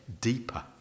deeper